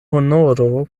honoro